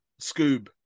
Scoob